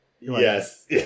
yes